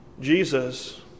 Jesus